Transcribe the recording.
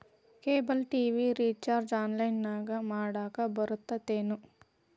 cable TV recharge ಆನ್ಲೈನ್ನ್ಯಾಗು ಮಾಡಕ ಬರತ್ತೇನು